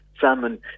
Salmon